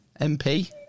MP